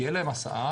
תהיה להם הסעה,